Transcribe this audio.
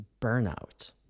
burnout